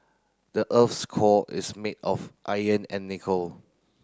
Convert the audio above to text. the earth's core is made of iron and nickel